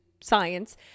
science